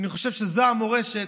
אני חושב שזו המורשת.